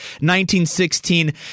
1916